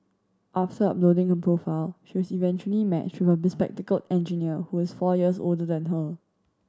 after uploading her profile she was eventually matched with a bespectacled engineer who is four years older than her